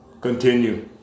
Continue